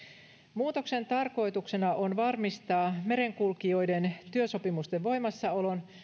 muutoksen tarkoituksena on varmistaa merenkulkijoiden työsopimusten voimassaolon